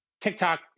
TikTok